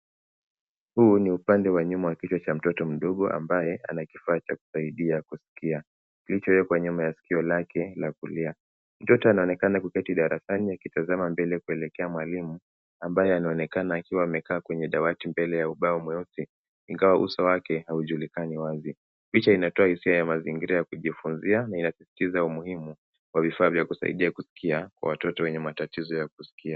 Huu ni upande wa nyuma wa kichwa cha mtoto mdogo ambaya ana kifaa cha kusaidia kusikia kilichowekwa nyuma ya sikio lake la kulia. Mtoto anaonekana kuketi darasani akitazama mbele kuelekea mwalimu ambaye anaonekana akiwa amekaa kwenye dawati mbele ya ubao mweusi ingawa uso wake haujulikani wazi. Picha inatoa mazingira ya kujifunzia na inasisitiza umuhimu wa vifaa vya kusaidia kusikia kwa watoto wenye matatizo ya kusikia.